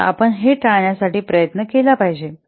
तर आपण हे टाळण्याचा प्रयत्न केला पाहिजे